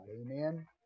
Amen